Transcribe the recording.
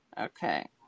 Okay